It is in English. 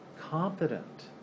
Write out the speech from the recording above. competent